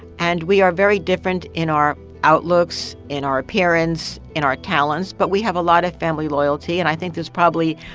and we are very different in our outlooks, in our appearance, in our talents. but we have a lot of family loyalty, and i think there's probably